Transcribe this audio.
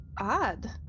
odd